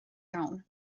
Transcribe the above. iawn